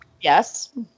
Yes